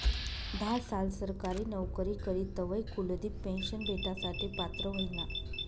धा साल सरकारी नवकरी करी तवय कुलदिप पेन्शन भेटासाठे पात्र व्हयना